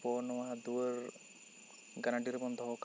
ᱟᱵᱚ ᱱᱚᱶᱟ ᱫᱩᱣᱟᱹᱨ ᱜᱟᱱᱟᱰᱤ ᱨᱮ ᱵᱚᱱ ᱫᱚᱦᱚᱠᱟᱜᱼᱟ